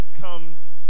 comes